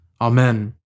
Amen